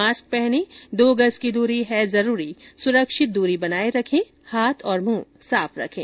mask पहनें दो गज की दूरी है जरूरी सुरक्षित दूरी बनाए रखें हाथ और मुंह साफ रखें